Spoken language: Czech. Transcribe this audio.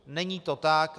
Není to tak.